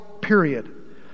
period